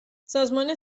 سازمان